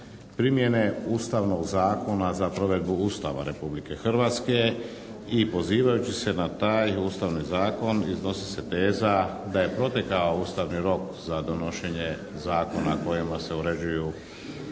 primjene Ustavnog zakona za provedbu Ustava Republike Hrvatske i pozivajući se na taj Ustavni zakon iznosi se teza da je protekao ustavni rok za donošenje zakona kojima se uređuju